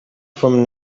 from